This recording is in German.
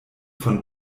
von